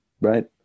right